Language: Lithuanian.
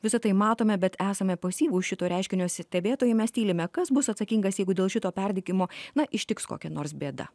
visa tai matome bet esame pasyvūs šito reiškinio stebėtojai mes tylime kas bus atsakingas jeigu dėl šito perdegimo na ištiks kokia nors bėda